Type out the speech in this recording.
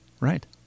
Right